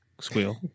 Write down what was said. squeal